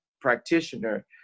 practitioner